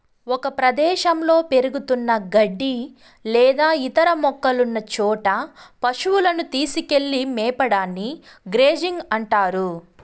ఒక ప్రదేశంలో పెరుగుతున్న గడ్డి లేదా ఇతర మొక్కలున్న చోట పసువులను తీసుకెళ్ళి మేపడాన్ని గ్రేజింగ్ అంటారు